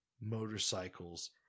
motorcycles